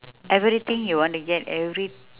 everything you want to get every